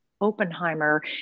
Oppenheimer